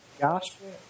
Gospel